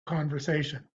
conversation